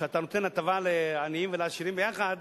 שאתה נותן הטבה לעניים ולעשירים ביחד,